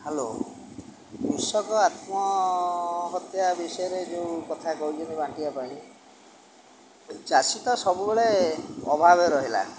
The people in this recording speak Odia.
ହ୍ୟାଲୋ କୃଷକ ଆତ୍ମହତ୍ୟା ବିଷୟରେ ଯେଉଁ କଥା କହୁଛନ୍ତି ବାଣ୍ଟିବା ପାଇଁ ଚାଷୀ ତ ସବୁବେଳେ ଅଭାବ ରହିଲା